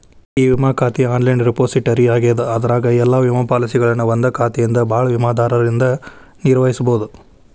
E ವಿಮಾ ಖಾತೆ online repository ಆಗ್ಯದ ಅದರಾಗ ಎಲ್ಲಾ ವಿಮಾ ಪಾಲಸಿಗಳನ್ನ ಒಂದಾ ಖಾತೆಯಿಂದ ಭಾಳ ವಿಮಾದಾರರಿಂದ ನಿರ್ವಹಿಸಬೋದು